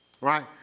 right